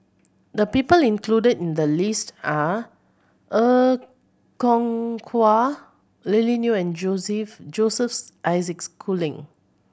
the people included in the list are Er Kwong Wah Lily Neo and Joseph Josephs Isaac Schooling